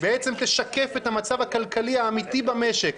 בעצם תשקף את המצב הכלכלי האמיתי במשק.